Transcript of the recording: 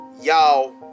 y'all